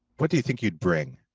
what do you think you would bring.